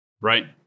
Right